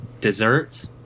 Dessert